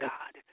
God